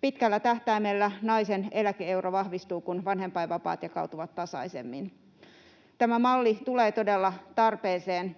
Pitkällä tähtäimellä naisen eläke-euro vahvistuu, kun vanhempainvapaat jakautuvat tasaisemmin. Tämä malli tulee todella tarpeeseen,